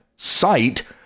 Sight